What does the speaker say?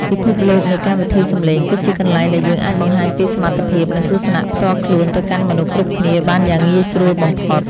ពិភពលោកនៃកម្មវិធីសំឡេងគឺជាកន្លែងដែលយើងអាចបង្ហាញពីសមត្ថភាពនិងទស្សនៈផ្ទាល់ខ្លួនទៅកាន់មនុស្សគ្រប់គ្នាបានយ៉ាងងាយស្រួលបំផុត។